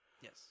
Yes